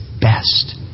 best